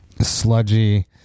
sludgy